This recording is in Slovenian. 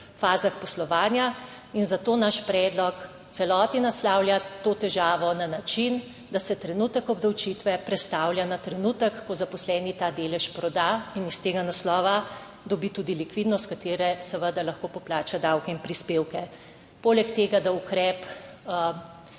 fazah poslovanja. In zato naš predlog v celoti naslavlja to težavo na način, da se trenutek obdavčitve prestavlja na trenutek, ko zaposleni ta delež proda in iz tega naslova dobi tudi likvidnost, iz katere seveda lahko poplača davke in prispevke. Poleg tega ukrep